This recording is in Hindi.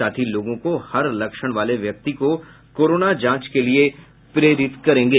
साथ ही लोगों को हर लक्षण वाले व्यक्ति को कोरोना जांच के लिए प्रेरित करेंगे